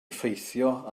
effeithio